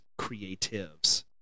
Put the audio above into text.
creatives